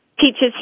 teaches